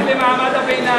אני דאגתי למעמד הביניים.